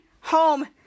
home